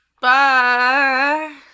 Bye